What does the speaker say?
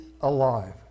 alive